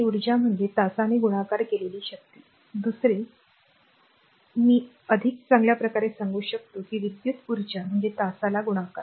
ती ऊर्जा म्हणजे तासाने गुणाकार केलेली शक्ती दुसरे मी अधिक चांगल्या प्रकारे सांगू शकतो की विद्युत ऊर्जा म्हणजे तासाला गुणाकार